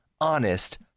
Honest